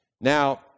Now